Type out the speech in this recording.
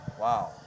Wow